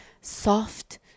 soft